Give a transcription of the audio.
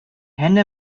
henne